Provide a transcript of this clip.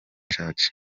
church